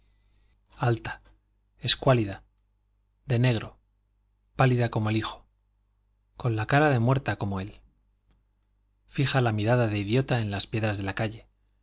madre alta escuálida de negro pálida como el hijo con cara de muerta como él fija la mirada de idiota en las piedras de la calle